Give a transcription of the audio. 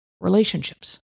relationships